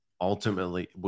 ultimately